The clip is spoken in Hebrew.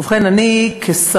ובכן, אני כשרה,